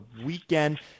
weekend